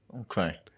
Okay